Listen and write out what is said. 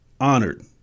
honored